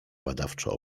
badawczo